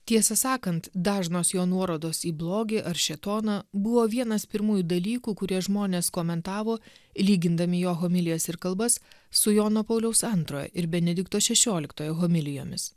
tiesą sakant dažnos jo nuorodos į blogį ar šėtoną buvo vienas pirmųjų dalykų kurie žmonės komentavo lygindami jo homilijas ir kalbas su jono pauliaus antrojo ir benedikto šešioliktojo homilijomis